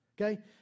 okay